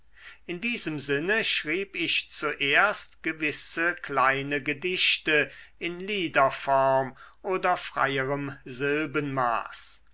in diesem sinne schrieb ich zuerst gewisse kleine gedichte in liederform oder freierem silbenmaß